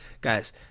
guys